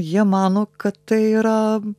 jie mano kad tai yra